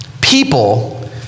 people